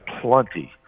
plenty